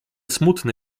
smutny